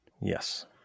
Yes